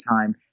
time